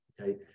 Okay